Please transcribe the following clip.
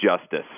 Justice